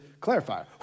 clarifier